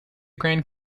grand